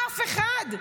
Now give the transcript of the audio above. אף אחד,